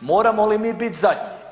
moramo li mi bit zadnji?